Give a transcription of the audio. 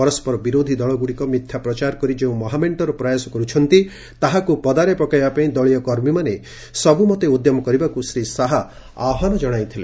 ପରସ୍କର ବିରୋଧୀ ଦଳଗୁଡ଼ିକ ମିଥ୍ୟା ପ୍ରଚାର କରି ଯେଉଁ ମହାମେଙ୍କର ପ୍ରୟାସ କରୁଛନ୍ତି ତାହାକୁ ପଦାରେ ପକାଇବା ପାଇଁ ଦଳୀୟ କର୍ମୀମାନେ ସବୁ ମନ୍ତେ ଉଦ୍ୟମ କରିବାକୁ ଶ୍ରୀ ଶାହା ଆହ୍ବାନ ଜଣାଇଥିଲେ